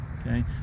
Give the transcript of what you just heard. Okay